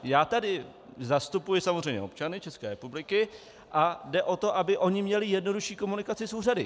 Já tady zastupuji samozřejmě občany České republiky a jde o to, aby oni měli jednodušší komunikaci s úřady.